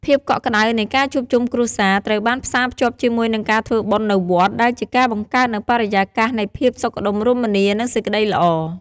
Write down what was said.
ភាពកក់ក្តៅនៃការជួបជុំគ្រួសារត្រូវបានផ្សារភ្ជាប់ជាមួយនឹងការធ្វើបុណ្យនៅវត្ត ដែលជាការបង្កើតនូវបរិយាកាសនៃភាពសុខដុមរមនា និងសេចក្តីល្អ។